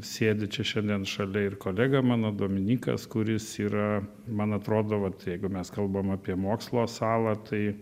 sėdi čia šiandien šalia ir kolega mano dominykas kuris yra man atrodo vat jeigu mes kalbam apie mokslo salą tai